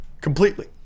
Completely